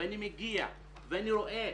ואני מגיע ואני רואה,